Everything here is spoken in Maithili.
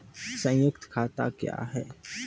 संयुक्त खाता क्या हैं?